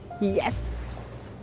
yes